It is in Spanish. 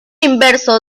inverso